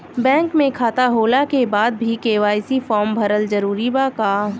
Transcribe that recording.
Bank में खाता होला के बाद भी के.वाइ.सी फार्म भरल जरूरी बा का?